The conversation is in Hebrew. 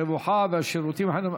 הרווחה והשירותים החברתיים.